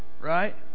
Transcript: Right